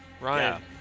Ryan